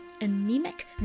anemic